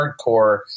hardcore